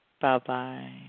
Bye-bye